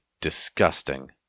disgusting